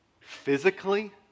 physically